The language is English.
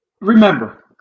remember